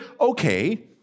okay